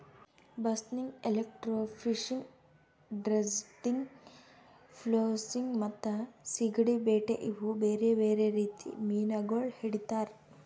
ಬಸ್ನಿಗ್, electrofishing, dredging, flossing ಮತ್ತ ಸೀಗಡಿ ಬೇಟೆ ಇವು ಬೇರೆ ಬೇರೆ ರೀತಿ ಮೀನಾಗೊಳ್ ಹಿಡಿತಾರ್